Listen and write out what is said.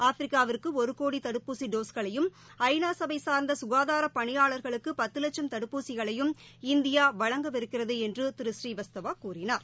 ஆப்ரிக்காவிற்கு ஒரு கோடி தடுப்பூசி டோஸ் களையும் ஐநா சுகாதார பணியாளர்களுக்கு பத்து லட்சம் தடுப்பூசிகளையும் இந்தியா வழங்கவிருக்கிறது என்று திரு புரீவஸ்தவா கூறினார்